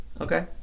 Okay